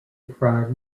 friar